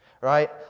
right